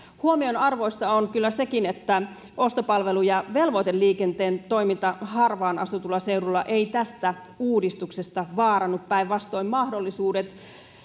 huomionarvoista on kyllä sekin että ostopalvelu ja velvoiteliikenteen toiminta harvaan asutuilla seuduilla ei tästä uudistuksesta vaarannu päinvastoin mahdollisuudet